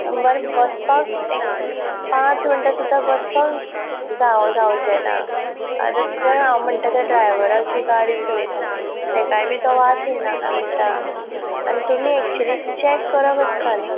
बरें बसपाक एक पांच मिनटां सुद्दां बसपाक जाव जावचें ना आतां तर हांव म्हणटा त्या ड्रायवर जी गाडी चलयता तेकाय बी तो वास येना काय म्हणटा आनी तुमी एक्चुली चेक करप आसता न्ही